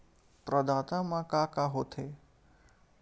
प्रदाता मा का का हो थे?